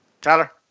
Tyler